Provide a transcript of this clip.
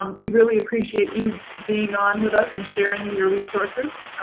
um we really appreciate you being on with us and sharing your resources.